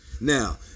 Now